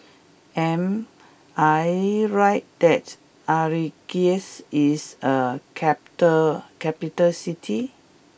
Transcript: am I right that Algiers is a capital capital city